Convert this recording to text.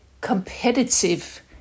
competitive